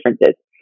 differences